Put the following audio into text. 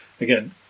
Again